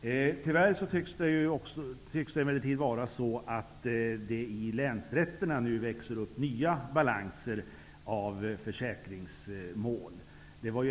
Tyvärr tycks det emellertid vara så att det i länsrätterna nu växer upp nya balanser av försäkringsmål.